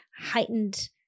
heightened